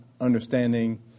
understanding